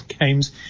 games